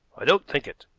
i don't think it,